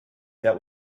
that